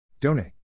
Donate